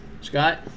scott